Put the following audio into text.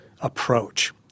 approach